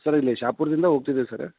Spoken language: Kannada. ಸರ್ ಇಲ್ಲಿ ಶಹಾಪುರ್ದಿಂದ ಹೋಗ್ತಿದ್ವಿ ಸರ್